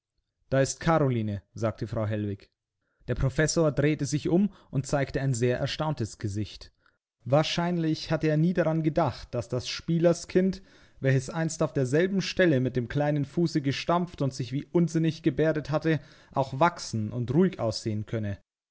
da ist karoline sagte frau hellwig der professor drehte sich um und zeigte ein sehr erstauntes gesicht wahrscheinlich hatte er nie daran gedacht daß das spielerskind welches einst auf derselben stelle mit dem kleinen fuße gestampft und sich wie unsinnig gebärdet hatte auch wachsen und ruhig aussehen könne